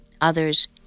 other's